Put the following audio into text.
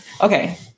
Okay